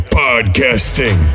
podcasting